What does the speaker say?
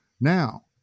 Now